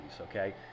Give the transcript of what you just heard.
okay